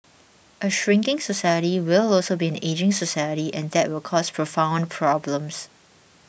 a shrinking society will also be an ageing society and that will cause profound problems